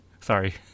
Sorry